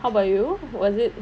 how about you was it